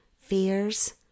fears